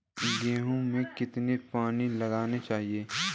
गेहूँ में कितना पानी लगाना चाहिए?